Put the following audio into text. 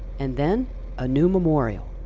and then a new memorial!